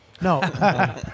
No